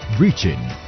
Reaching